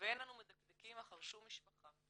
"ואין אנו מדקדקים אחר שום משפחה,